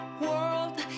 world